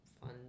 fun